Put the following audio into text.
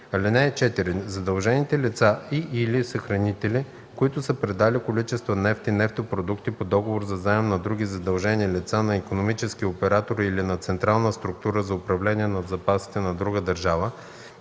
(4) Задължените лица и/или съхранителите, които са предали количества нефт и нефтопродукти по договор за заем на други задължени лица, на икономически оператори или на централна структура за управление на запасите на друга държава